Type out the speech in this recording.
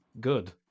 Good